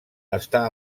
està